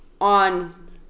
on